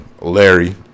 Larry